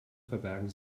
verbergen